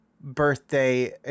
birthday